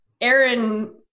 Aaron